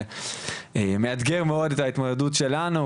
וזה מאתגר מאוד את ההתמודדות שלנו,